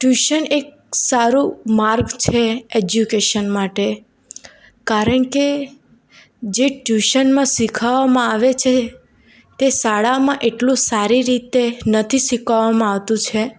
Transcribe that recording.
tuition એક સારું માર્ગ છે એજ્યુકેશન માટે કારણકે જે ટ્યુશનમાં શીખવવામાં આવે છે તે શાળામાં એટલું સારી રીતે નથી શીખવવામાં આવતું છે